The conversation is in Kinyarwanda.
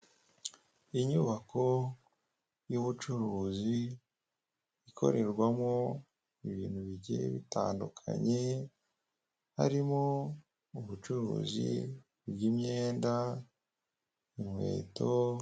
Inyubako y'ubucuruzi ikorerwamo ibintu bigiye bitandukanyeye harimo ubucuruzi bw'imyenda inkweto.